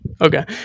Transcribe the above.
okay